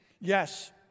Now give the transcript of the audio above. Yes